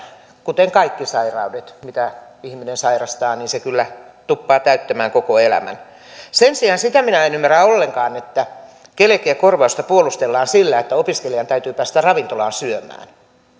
kuten kaikki sairaudet mitä ihminen sairastaa kyllä tuppaavat täyttämään koko elämän sen sijaan sitä minä en ymmärrä ollenkaan että keliakiakorvausta puolustellaan sillä että opiskelijan täytyy päästä ravintolaan syömään